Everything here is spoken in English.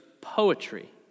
poetry